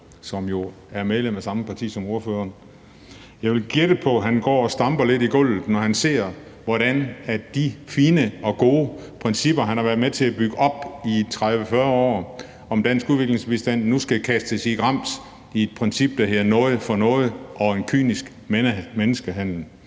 som jo er medlem af samme parti som ordføreren. Jeg vil gætte på, at han går og stamper lidt i gulvet, når han ser, hvordan de fine og gode principper, han har været med til at bygge op i 30-40 år inden for dansk udviklingsbistand, nu skal forkastes på grund af et princip, der hedder noget for noget, og på grund af en kynisk menneskehandel.